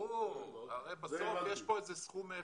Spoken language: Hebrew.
ברור, הרי בסוף יש פה סכום אפס.